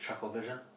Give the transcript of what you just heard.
Chucklevision